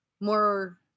more